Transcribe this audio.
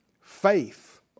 Faith